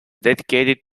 dedicated